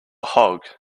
hog